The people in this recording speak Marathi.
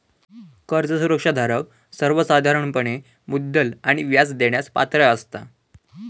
कर्ज सुरक्षा धारक सर्वोसाधारणपणे मुद्दल आणि व्याज देण्यास पात्र असता